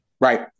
right